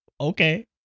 okay